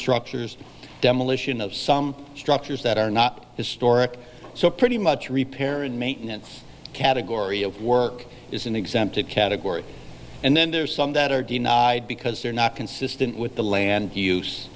structures demolition of some structures that are not historic so pretty much repair and maintenance category of work is an exempted category and then there's some that are denied because they're not consistent with the land use